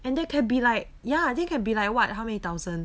and that can be like ya that can be like what how many thousand